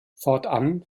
fortan